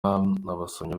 abasomyi